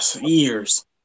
years